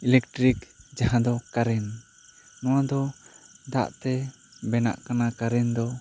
electric ᱡᱟᱦᱟᱸ ᱫᱚ current ᱱᱚᱣᱟ ᱫᱚ ᱫᱟᱜ ᱛᱮ ᱵᱮᱱᱟᱜ ᱠᱟᱱᱟ ᱠᱟᱨᱮᱱᱴ ᱫᱚ